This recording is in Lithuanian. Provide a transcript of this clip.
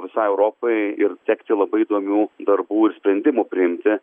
visai europai ir sekti labai įdomių darbų ir sprendimų priimti